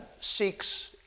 seeks